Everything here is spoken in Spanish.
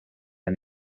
han